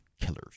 killers